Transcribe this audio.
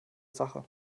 sache